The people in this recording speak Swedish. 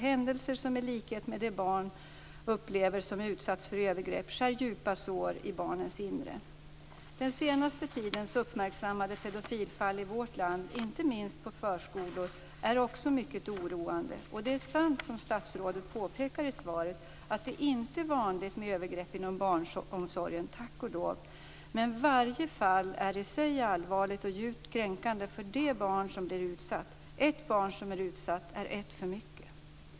Händelser i likhet med dem som barn upplever som utsätts för övergrepp skär djupa sår i barnens inre. Den senaste tidens uppmärksammade pedofilfall i vårt land, inte minst på förskolor, är också mycket oroande. Det är sant, som statsrådet påpekar i svaret, att det inte är vanligt med övergrepp inom barnomsorgen - tack och lov - men varje fall är i sig allvarligt och djupt kränkande för det barn som blir utsatt. Ett barn som blir utsatt är ett för mycket.